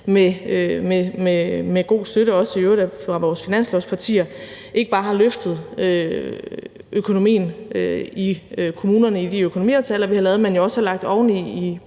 med god støtte, i øvrigt også fra vores finanslovspartiers side, ikke bare har løftet økonomien i kommunerne i de økonomiaftaler, vi har lavet, men også har lagt oveni i